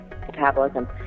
metabolism